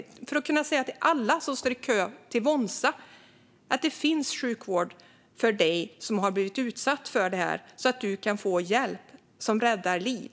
Det handlar om att kunna säga till alla som står i kö till Wonsa att det finns sjukvård för dig som har blivit utsatt för det här. Du kan få hjälp! Det räddar liv.